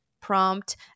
prompt